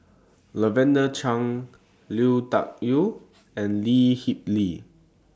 Lavender Chang Lui Tuck Yew and Lee Kip Lee